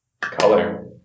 Color